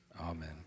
amen